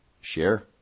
share